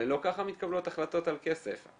ולא ככה מתקבלות החלטות על כסף.